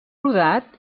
rodat